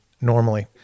normally